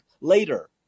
later